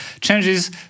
changes